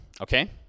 okay